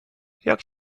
jak